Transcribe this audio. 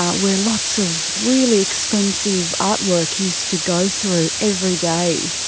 ah where lots of really expensive artwork used to go through every day.